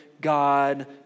God